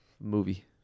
Movie